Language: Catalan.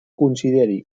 consideri